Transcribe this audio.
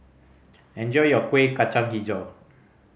enjoy your Kueh Kacang Hijau